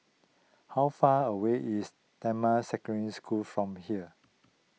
how far away is Damai Secondary School from here